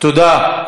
תודה.